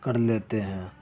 کر لیتے ہیں